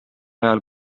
ajal